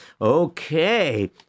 Okay